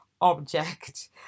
object